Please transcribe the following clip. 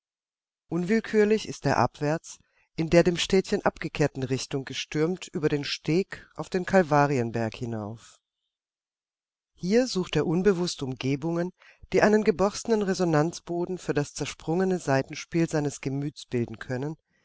unwillkürlich ist er abwärts in der dem städtchen abgekehrten richtung gestürmt über den steg auf den kalvarienberg hinauf hier sucht er unbewußt umgebungen die einen geborstenen resonanzboden für das zersprungene saitenspiel seines gemütes bilden können